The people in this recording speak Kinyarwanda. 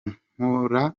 nkora